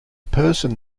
person